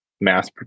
mass